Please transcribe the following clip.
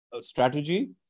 strategy